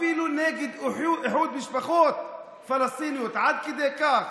אפילו נגד איחוד משפחות פלסטיניות, עד כדי כך,